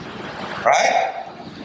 Right